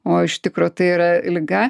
o iš tikro tai yra liga